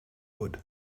wood